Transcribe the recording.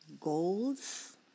goals